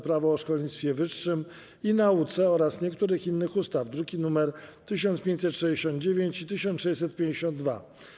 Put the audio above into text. Prawo o szkolnictwie wyższym i nauce oraz niektórych innych ustaw (druki nr 1569 i 1652)